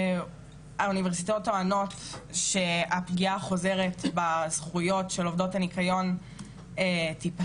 האוניברסיטאות טוענות שהפגיעה החוזרת בזכויות של עובדות הניקיון תיפסק